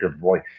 voice